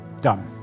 Done